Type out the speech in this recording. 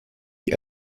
die